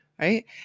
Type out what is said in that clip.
right